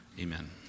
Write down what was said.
Amen